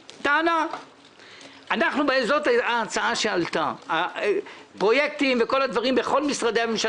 שנת 2019. אנחנו מאשרים את הפרויקטים של המחשוב ב-21